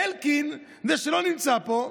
ואלקין, זה שלא נמצא פה,